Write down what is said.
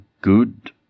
good